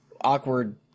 awkward